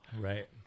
Right